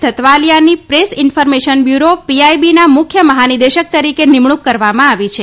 ધતવાલીયાની press information bureau પીઆઈબીના મુખ્ય મહાનિદેશક તરીકે નિમણૂક કરવામાં આવી છે